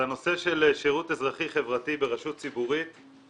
הנושא של שירות אזרחי חברתי ברשות ציבורית,